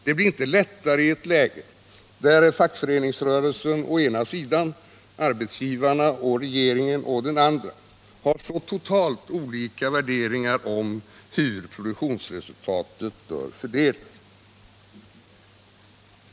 Det blir inte lättare i ett läge där fackföreningsrörelsen å ena sidan, arbetsgivarna och regeringen å den andra, har så totalt olika värderingar om hur produktionsresultatet bör fördelas.